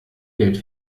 geld